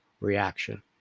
reaction